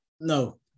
No